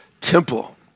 temple